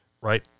right